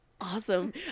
Awesome